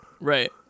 Right